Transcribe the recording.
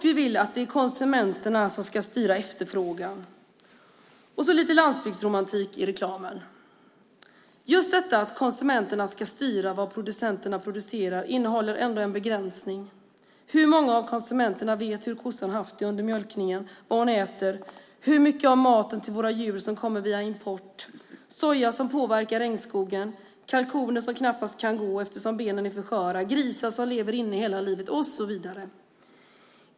Vi vill att det är konsumenterna som ska styra efterfrågan - och så lite landsbygdromantik i reklamen. Just detta att konsumenterna ska styra vad producenterna producerar innehåller en begränsning. Hur många av konsumenterna vet hur kossan har haft det under mjölkningen, vad hon äter och hur mycket av maten till våra djur som kommer via import? Det handlar om soja som påverkar regnskogen, kalkoner som knappast kan gå eftersom benen är för sköra, grisar som lever inne hela livet och så vidare.